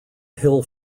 hill